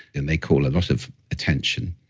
and they call a lot of attention.